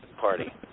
party